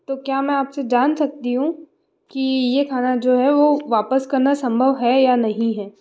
तो क्या मैं आपसे जान सकती हूँ कि ये खाना जो है वो वापस करना संभव है या नहीं है